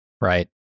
right